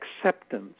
acceptance